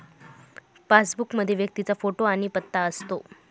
passbook मध्ये व्यक्तीचा photo आणि पत्ता असतो